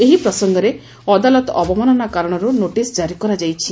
ଏହି ପ୍ରସଙ୍ଗରେ ଅଦାଲତ ଅବମାନନା କାରଣରୁ ନୋଟିସ୍ ଜାରି କରାଯାଇଛି